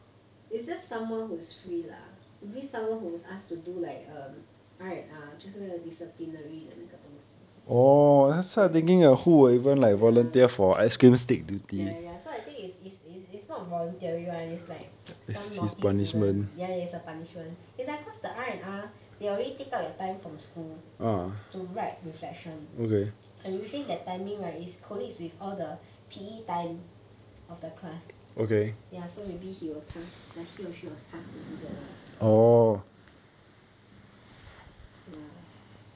is just someone who is free lah maybe someone who is asked to do like um R&R 就是那个 disciplinary 的那个东西 ya ya ya so I think is is is not voluntary [one] is like some naughty student ya it's a punishment is like because the R&R they already take up your time from school to write reflection I usually that timing right is collates with all the P_E time of the class ya so maybe he was tasked the he or she was tasked to do that lah ya